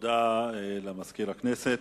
תודה לסגן מזכיר הכנסת.